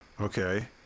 Okay